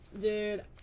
Dude